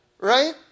right